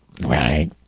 Right